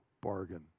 bargain